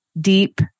deep